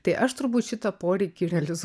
tai aš turbūt šitą poreikį realizuoju